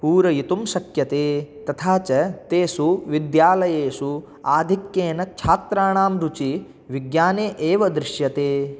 पूरयितुं शक्यते तथा च तेषु विद्यालयेषु आधिक्येन छात्राणां रुचिः विज्ञाने एव दृश्यते